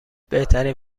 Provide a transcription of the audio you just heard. بهترین